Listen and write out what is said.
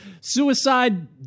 suicide